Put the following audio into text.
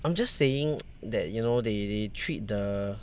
I'm just saying that you know they they treat the